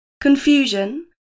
confusion